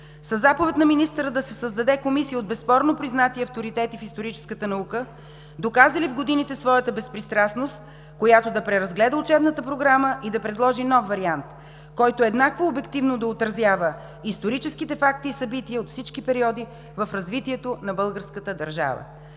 Със заповед на министъра да се създаде комисия от безспорно признати авторитети в историческата наука, доказали в годините своята безпристрастност, която да преразгледа учебната програма и да предложи нов вариант, който еднакво обективно да отразява историческите факти и събития от всички периоди в развитието на българската държава.